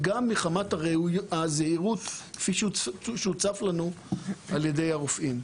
וגם מחמת הזהירות כפי שהוצף לנו על-ידי הרופאים.